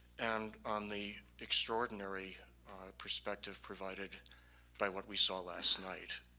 and on the extraordinary perspective provided by what we saw last night,